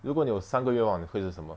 如果你有三个愿望会是什么